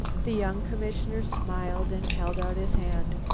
the young commissioner smiled and held out his hand.